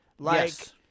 Yes